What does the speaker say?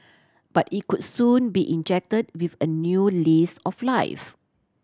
but it could soon be injected with a new lease of life